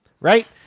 Right